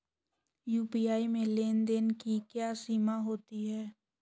UPI में लेन देन की क्या सीमा होती है?